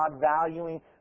valuing